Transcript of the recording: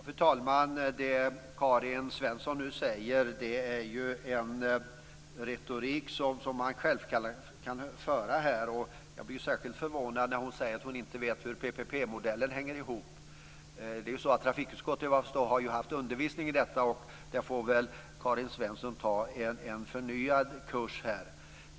Fru talman! Det Karin Svensson Smith nu säger är ju en retorik som man självfallet kan använda här. Jag blir särskilt förvånad när hon säger att hon inte vet hur PPP-modellen hänger ihop. Trafikutskottet har haft undervisning i detta, och Karin Svensson Smith får väl ta en förnyad kurs.